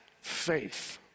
faith